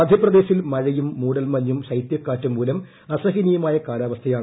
മധ്യപ്രദേശിൽ മഴയും മൂടൽ മഞ്ഞും ശൈത്യക്കാറ്റും മൂലം അസഹനീയമായ കാലാവസ്ഥയാണ്